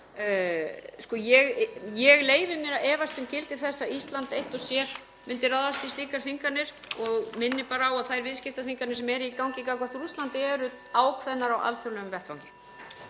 Ég leyfi mér að efast um gildi þess að Ísland eitt og sér myndi ráðast í slíkar þvinganir og minni bara á að þær viðskiptaþvinganir sem eru í gangi gagnvart Rússlandi eru ákveðnar á alþjóðlegum vettvangi.